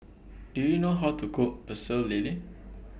Do YOU know How to Cook Pecel Lele